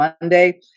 Monday